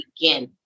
begin